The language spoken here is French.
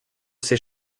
ces